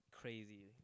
crazy